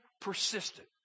persistent